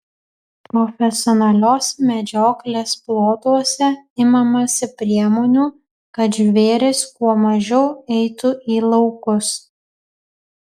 profesionalios medžioklės plotuose imamasi priemonių kad žvėrys kuo mažiau eitų į laukus